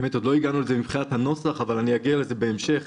עוד לא הגענו לזה מבחינת הנוסח אבל אגיע לזה בהמשך